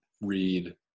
read